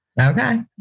Okay